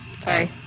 Sorry